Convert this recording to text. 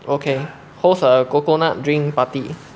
okay host a coconut drink party